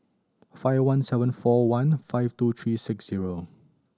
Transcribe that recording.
five one seven four one five two three six zero